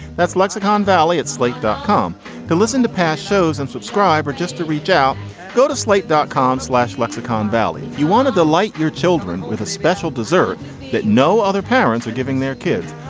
that's lexicon valley at slate dot com to listen to past shows and subscribe or just to reach out go to slate dot com slash lexicon valley if you wanted to light your children with a special dessert that no other parents are giving their kids.